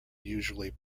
usually